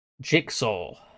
Jigsaw